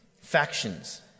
factions